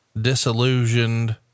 disillusioned